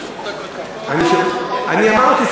אני אמרתי,